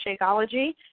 Shakeology